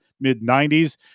mid-90s